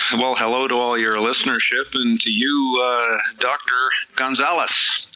and well hello to all your listenership, and to you doctor gonzales.